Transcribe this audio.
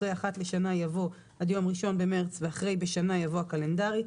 אחרי "אחת לשנה" יבוא "עד יום 1 במרץ" ואחרי "בשנה" יבוא "הקלנדרית".